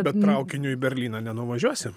bet traukiniu į berlyną nenuvažiuosi